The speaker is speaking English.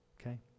Okay